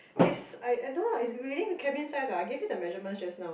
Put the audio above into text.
it's I I don't know it's within the cabin size what I gave you the measurements just now